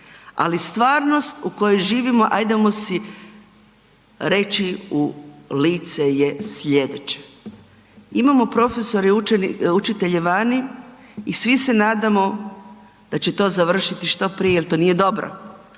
Ali stvarnost u kojoj živimo, hajdemo si reći u lice je sljedeće, imamo profesore i učitelje vani i svi se nadamo da će to završiti što prije jer to nije dobro.